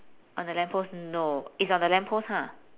on the lamp post no it's on the lamp post ha